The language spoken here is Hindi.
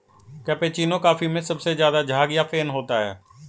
कैपेचीनो कॉफी में काफी ज़्यादा झाग या फेन होता है